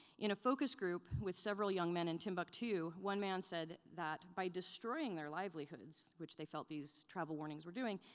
in a focus group with several young men in timbuktu, one man said that by destroying their livelihoods, which they felt these travel warnings were doing,